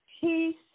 peace